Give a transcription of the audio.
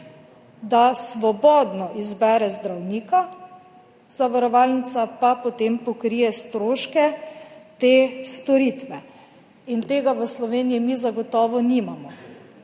da svobodno izbere zdravnika, zavarovalnica pa potem pokrije stroške te storitve. In tega v Sloveniji mi zagotovo nimamo.